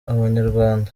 abanyarwanda